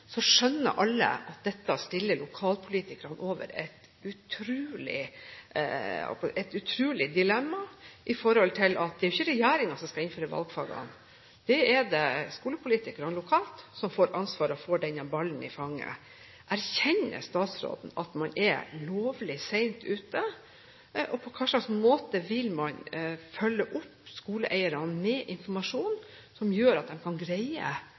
så skjønner alle at dette stiller lokalpolitikerne overfor et utrolig dilemma, for det er ikke regjeringen som skal innføre valgfagene. Det er skolepolitikerne lokalt som får ansvaret, og som får denne ballen i fanget. Erkjenner statsråden at man er lovlig sent ute? Og på hva slags måte vil man følge opp skoleeierne med informasjon som gjør at de kan greie